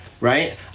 right